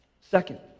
Second